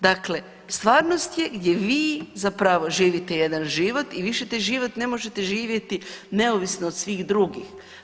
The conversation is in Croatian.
Dakle, stvarnost je gdje vi zapravo živite jedan život i više taj život ne možete živjeti neovisno od svih drugih.